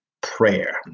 prayer